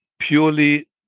purely